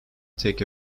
take